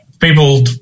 People